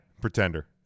pretender